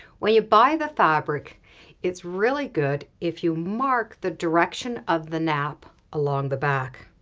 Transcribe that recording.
when you buy the fabric it's really good if you mark the direction of the nap along the back.